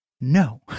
No